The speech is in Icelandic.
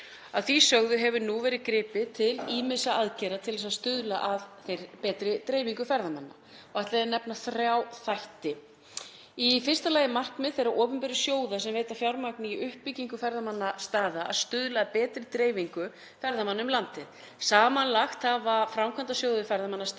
því sögðu hefur nú verið gripið til ýmissa aðgerða til að stuðla að betri dreifingu ferðamanna og ætla ég að nefna þrjá þætti: Í fyrsta lagi markmið þeirra opinberu sjóða sem veita fjármagn í uppbyggingu ferðamannastaða að stuðla að betri dreifingu ferðamanna um landið. Samanlagt hafa Framkvæmdasjóður ferðamannastaða